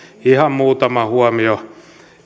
ihan muutama huomio